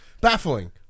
Baffling